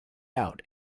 out